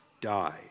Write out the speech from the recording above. died